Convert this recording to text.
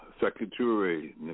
Secretary